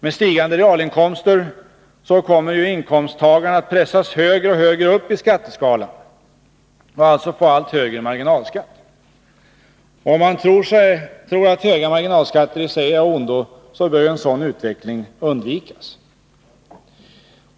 Med stigande realinkomster kommer inkomsttagarna att pressas högre och högre upp i skatteskalan och alltså få allt högre marginalskatt. Om man tror att höga marginalskatter i sig är av ondo, bör en sådan utveckling undvikas.